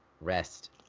rest